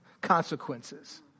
Consequences